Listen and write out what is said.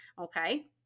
okay